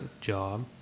job